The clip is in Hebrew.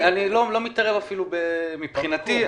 מבחינתי,